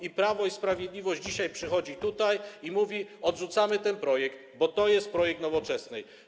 I Prawo i Sprawiedliwość dzisiaj przychodzi tutaj i mówi: odrzucamy ten projekt, bo to jest projekt Nowoczesnej.